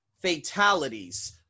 fatalities